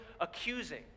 accusing